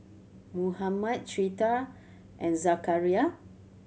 Muhammad Citra and Zakaria